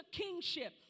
kingship